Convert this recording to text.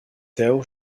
tao